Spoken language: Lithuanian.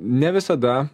ne visada